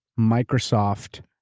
microsoft,